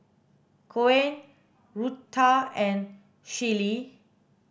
Koen Rutha and Shelli